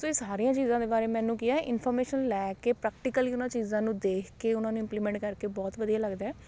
ਸੋ ਇਹ ਸਾਰੀਆਂ ਚੀਜ਼ਾਂ ਦੇ ਬਾਰੇ ਮੈਨੂੰ ਕੀ ਹੈ ਇਨਫੋਰਮੇਸ਼ਨ ਲੈ ਕੇ ਪ੍ਰੈਕਟੀਕਲੀ ਉਨ੍ਹਾਂ ਚੀਜ਼ਾਂ ਨੂੰ ਦੇਖ ਕੇ ਉਨ੍ਹਾਂ ਨੂੰ ਇਮਲੀਮੈਂਟ ਕਰਕੇ ਬਹੁਤ ਵਧੀਆ ਲੱਗਦਾ ਹੈ